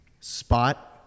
spot